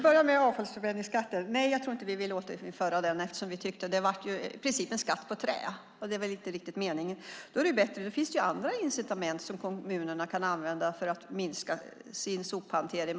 Fru talman! Nej, jag tror inte att vi vill återinföra avfallsförbränningsskatten eftersom det i princip blev en skatt på trä, och det var ju inte riktigt meningen. Det finns andra incitament som kommunerna kan använda för att minska sin sophantering.